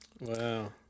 Wow